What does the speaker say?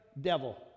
devil